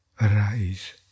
Arise